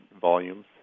volumes